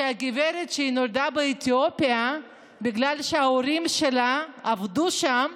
של גברת שנולדה באתיופיה בגלל שההורים שלה עבדו שם,